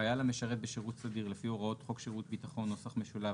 "חייל המשרת בשירות סדיר לפי הוראות חוק שירות ביטחון (נוסח משולב),